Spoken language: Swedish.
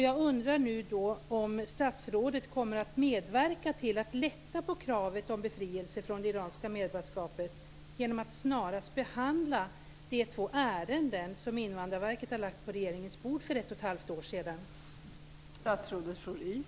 Jag undrar om statsrådet kommer att medverka till att lätta på kravet på befrielse från det iranska medborgarskapet genom att snarast behandla de två ärenden som Invandrarverket för ett och ett halvt år sedan lade på regeringens bord.